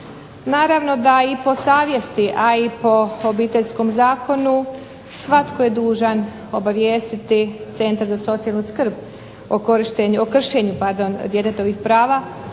Naravno da i po savjesti a i po Obiteljskom zakonu svatko je dužan obavijestiti centar za socijalnu skrb o kršenju djetetovih prava,